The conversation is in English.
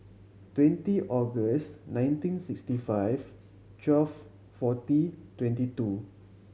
twenty August nineteen sixty five twelve forty twenty two